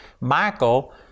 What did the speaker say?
Michael